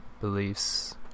beliefs